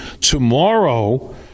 tomorrow